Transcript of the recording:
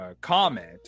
comment